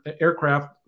aircraft